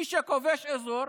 מי שכובש אזור,